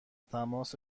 تماس